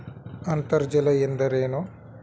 ಅಂತರ್ಜಲ ಎಂದರೇನು?